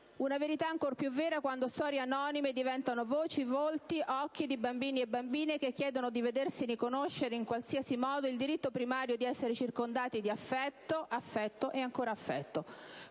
una verità ancor più vera quando storie anonime diventano voci, volti, occhi di bambini e bambine che chiedono di vedersi riconoscere, in qualsiasi modo, il diritto primario di essere circondati di affetto, affetto e ancora affetto.